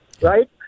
right